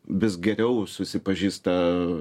vis geriau susipažįsta